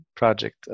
project